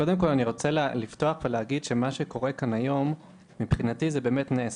קודם כל אני רוצה לפתוח ולהגיד שמה שקורה כאן היום מבחינתי זה באמת נס,